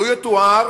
לו יתואר